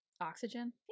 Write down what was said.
oxygen